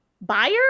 buyer